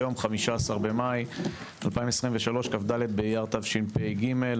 היום 15 במאי 2023, כ"ד אייר התשפ"ג.